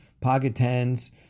pocket-tens